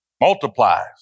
multiplies